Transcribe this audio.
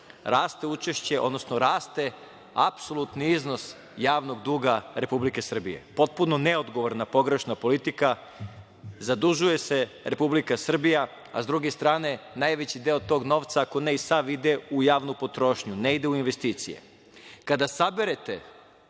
raste učešće, odnosno raste apsolutni iznos javnog duga Republike Srbije. Potpuno neodgovorna pogrešna politika, zadužuje se Republika Srbija, a sa druge strane najveći deo tog novca, ako ne i sav, ide u javnu potrošnju, ne ide u investicije. Kada saberete